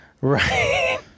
Right